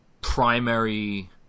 primary –